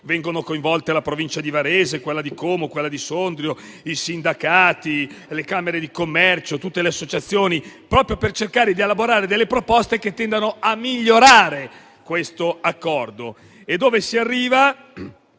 vengono coinvolte anche la Province di Varese, di Como e di Sondrio, i sindacati, le Camere di commercio e tutte le associazioni proprio per cercare di elaborare delle proposte che tendano a migliorare l'accordo. E dove si arriva?